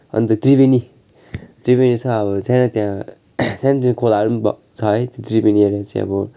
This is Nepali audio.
अनि त त्रिवेणी त्रिवेणी छ अब सानो त्यहाँ सानोतिना खोलाहरू पनि बग्छ है त्यो त्रिवेणीहरूले चाहिँ अब